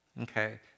Okay